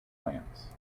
plants